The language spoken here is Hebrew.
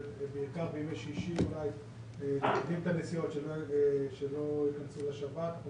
בעיקר בימי שישי ואולי להקדים את הנסיעות כדי שלא ייכנסו לשבת.